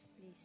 please